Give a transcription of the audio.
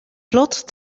vlot